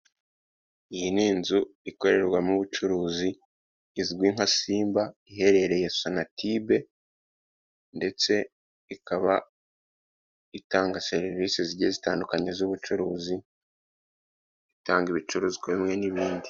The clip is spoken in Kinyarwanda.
Iyi ni inzu ikorerwamo ubucuruzi izwi nka Simba, iherereye sonatube ndetse ikaba itanga serivisi zigiye zitandukanye z'ubucuruzi, itanga ibicuruzwa bimwe n'ibindi.